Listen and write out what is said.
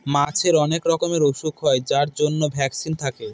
মাছের অনেক রকমের ওসুখ হয় যার জন্য ভ্যাকসিন থাকে